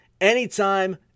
anytime